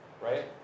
right